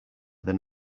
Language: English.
than